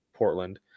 portland